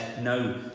no